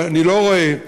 ואני לא רואה,